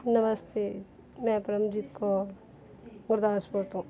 ਨਮਸਤੇ ਮੈਂ ਪਰਮਜੀਤ ਕੌਰ ਗੁਰਦਾਸਪੁਰ ਤੋਂ